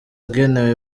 agenewe